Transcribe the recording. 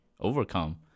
overcome